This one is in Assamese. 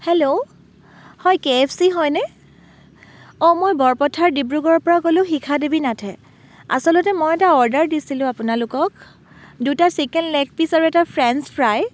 হেল্ল' হয় কে এফ চি হয়নে অঁ মই বৰপথাৰ ডিব্ৰুগড়ৰপৰা ক'লোঁ শিখা দেৱী নাথে আচলতে মই এটা অৰ্ডাৰ দিছিলোঁ আপোনালোকক দুটা চিকেন লেগ পিচ আৰু এটা ফ্ৰেন্স ফ্ৰাই